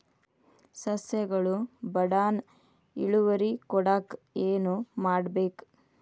ಸಸ್ಯಗಳು ಬಡಾನ್ ಇಳುವರಿ ಕೊಡಾಕ್ ಏನು ಮಾಡ್ಬೇಕ್?